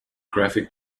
graphic